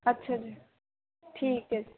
ਅੱਛਾ ਜੀ ਠੀਕ ਹੈ